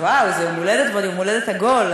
וואו, זה יום הולדת, ועוד יום הולדת עגול.